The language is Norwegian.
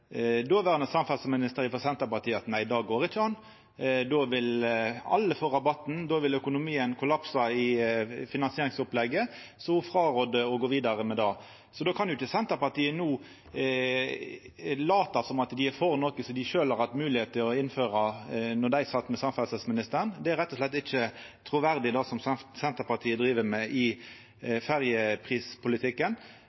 frå Senterpartiet at nei, det går ikkje an, då vil alle få rabatten, då vil økonomien kollapsa i finansieringsopplegget, så ho rådde frå å gå vidare med det. Då kan jo ikkje Senterpartiet no lata som dei er for noko som dei sjølve har hatt moglegheit til å innføra då dei sat med samferdselsministeren. Det er rett og slett ikkje truverdig, det som Senterpartiet driv med i